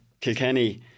Kilkenny